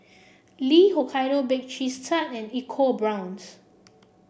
Lee Hokkaido Baked Cheese Tart and ecoBrown's